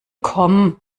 komm